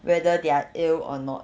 whether they are ill or not